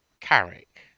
Carrick